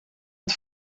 het